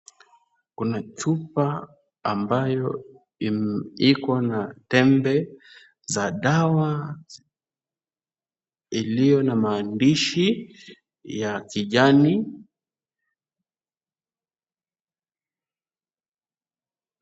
Kuna chupa ambayo iko na tembe za dawa iliyo na maandishi ya kijani.